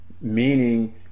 meaning